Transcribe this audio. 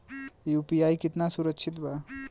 UPI कितना सुरक्षित बा?